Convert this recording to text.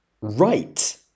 right